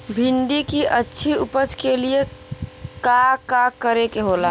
भिंडी की अच्छी उपज के लिए का का करे के होला?